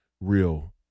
real